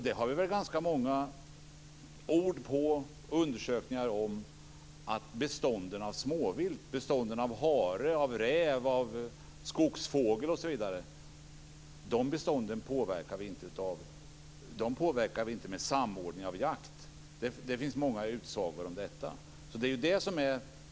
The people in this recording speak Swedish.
Det finns ganska många ord och undersökningar som visar att bestånden av småvilt; hare, räv, skogsfågel osv. inte påverkas av samordning av jakt. Det finns många utsagor om det.